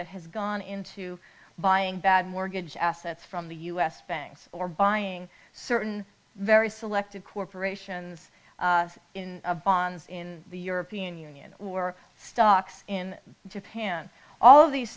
that has gone into buying bad mortgage assets from the u s banks or buying certain very selective corporations in a bonds in the european union or stocks in japan all of these